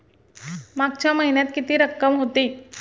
मागच्या महिन्यात किती रक्कम होती?